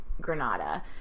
Granada